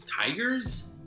tigers